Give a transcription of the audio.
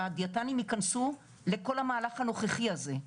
שהדיאטנים ייכנסו לכל המהלך הנוכחי הזה.